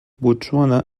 botswana